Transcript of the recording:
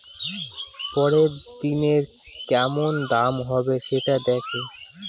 পরের দিনের কেমন দাম হবে, সেটা দেখে